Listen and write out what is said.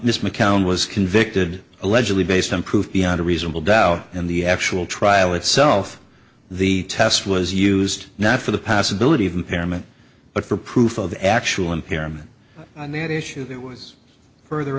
mccown was convicted allegedly based on proof beyond a reasonable doubt in the actual trial itself the test was used not for the past ability of impairment but for proof of actual impairment on that issue it was further